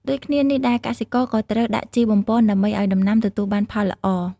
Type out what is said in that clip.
ដូចគ្នានេះដែរ កសិករក៏ត្រូវដាក់ជីបំប៉ន ដើម្បីឲ្យដំណាំទទួលបានផលល្អ។